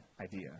idea